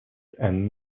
and